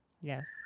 Yes